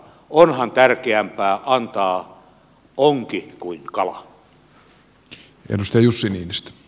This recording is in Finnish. onhan tärkeämpää antaa onki kuin kala